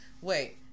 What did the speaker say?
wait